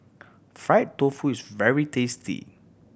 fried tofu is very tasty